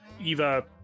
Eva